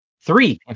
three